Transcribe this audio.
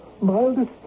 mildest